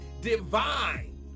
Divine